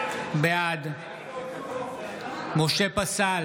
בעד משה פסל,